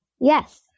Yes